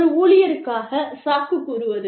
ஒரு ஊழியருக்காகச் சாக்கு கூறுவது